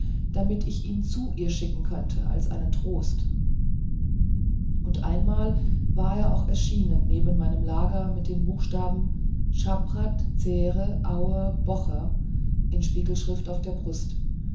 damit ich ihn zu ihr schicken könnte als einen trost und einmal war er auch erschienen neben meinem lager mit den buchstaben chabrat zereh aur bocher in spiegelschrift auf der brust